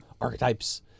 archetypes